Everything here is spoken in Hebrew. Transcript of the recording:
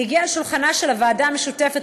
היא הגיעה אל שולחנה של הוועדה המשותפת